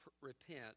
repent